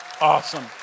Awesome